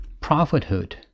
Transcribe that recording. prophethood